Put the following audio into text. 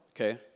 okay